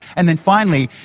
and then finally,